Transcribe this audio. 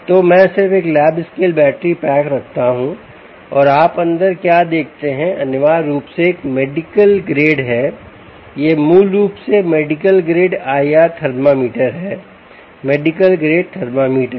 तो मैं सिर्फ एक लैब स्केल बैटरी पैक रखता हूं और आप अंदर क्या देखते हैं अनिवार्य रूप से एक मेडिकल ग्रेड है यह मूल रूप से एक मेडिकल ग्रेड IR थर्मामीटर हैमेडिकल ग्रेड थर्मामीटर